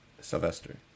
Sylvester